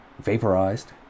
vaporized